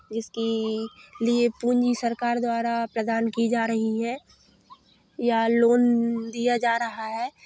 जिसकी लिए पूँजी सरकार द्वारा प्रदान की जा रही है या लोन दिया जा रहा है